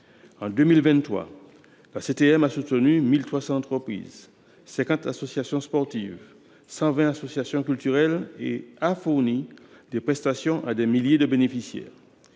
En 2023, la CTM a soutenu 1 300 entreprises, 50 associations sportives et 120 associations culturelles ; elle a ainsi fourni des prestations à des milliers de bénéficiaires.